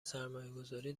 سرمایهگذاری